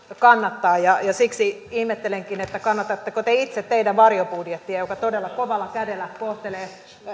kannattaa ja siksi ihmettelenkin kannatatteko te itse teidän varjobudjettianne joka todella kovalla kädellä kohtelee